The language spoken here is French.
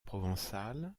provençal